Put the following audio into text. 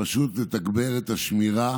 פשוט לתגבר את השמירה